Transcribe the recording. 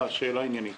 יש לי שאלה עניינית